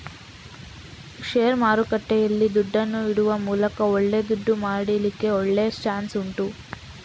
ಷೇರು ಮಾರುಕಟ್ಟೆಯಲ್ಲಿ ದುಡ್ಡನ್ನ ಇಡುವ ಮೂಲಕ ಒಳ್ಳೆ ದುಡ್ಡು ಮಾಡ್ಲಿಕ್ಕೂ ಒಳ್ಳೆ ಚಾನ್ಸ್ ಉಂಟು